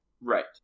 right